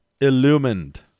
illumined